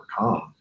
overcome